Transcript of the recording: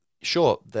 sure